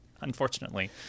unfortunately